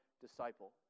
disciple